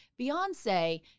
Beyonce